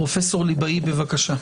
פרופ' ליבאי, בבקשה.